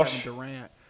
Durant